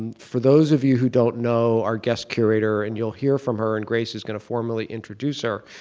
and for those of you who don't know, our guest curator, and you'll hear from her and grace is going to formally introduce her.